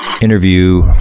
interview